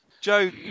Joe